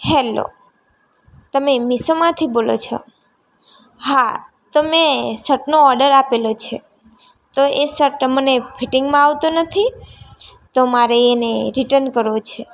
hello તમે મિશોમાંથી બોલો છો હા તો મેં શર્ટનો ઓડર આપેલો છે તો એ સટ મને ફિટિંગમાં આવતું નથી તો મારે એને રિટર્ન કરવું છે